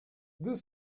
deux